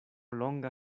longa